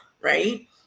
right